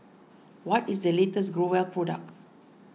what is the latest Growell product